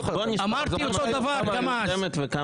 אמרתי אותו דבר גם אז.